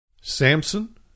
Samson